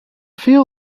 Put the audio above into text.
feel